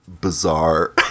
bizarre